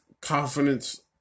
confidence